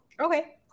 Okay